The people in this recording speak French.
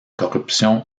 corruption